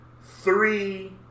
three